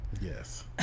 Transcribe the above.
Yes